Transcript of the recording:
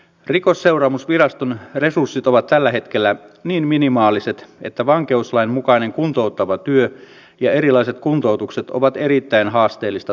rikosseuraamusviraston resurssit ovat tällä hetkellä niin minimaaliset että vankeuslain mukaista kuntouttavaa työtä ja erilaisia kuntoutuksia on erittäin haasteellista toteuttaa